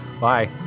Bye